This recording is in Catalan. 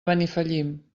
benifallim